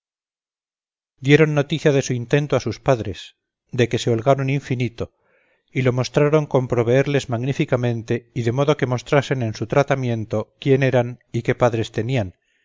diéron noticia de su intento á sus padres de que se holgáron infinito y lo mostráron con proveerles magníficamente y de modo que mostrasen en su tratamiento quienes eran y que padres tenian